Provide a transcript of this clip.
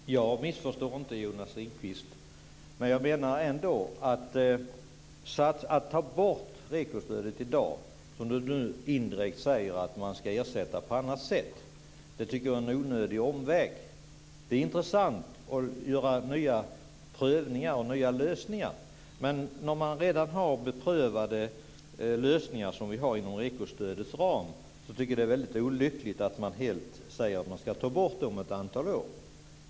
Fru talman! Jag missförstår inte Jonas Ringqvist, men jag tycker att det är en onödig omväg att ta bort REKO-stödet i dag, som Jonas Ringqvist indirekt säger att man ska göra, och ersätta det på annat sätt. Det är intressant att pröva nya saker och nya lösningar, men när man redan har beprövade lösningar, som vi har inom REKO-stödets ram, tycker jag att det är mycket olyckligt att man säger att man helt ska ta bort dem om ett antal år.